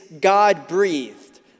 God-breathed